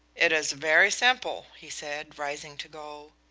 it is very simple, he said, rising to go.